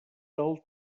del